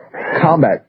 combat